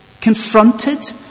confronted